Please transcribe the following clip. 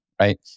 right